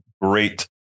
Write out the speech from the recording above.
great